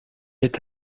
est